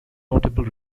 notable